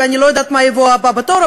ואני לא יודעת מה יהיה הבא בתור,